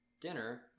dinner